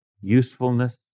usefulness